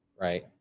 Right